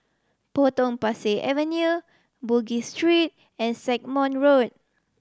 Potong Pasir Avenue Bugis Street and Stagmont Road